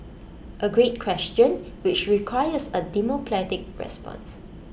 A great question which requires A diplomatic response